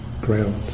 ground